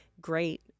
great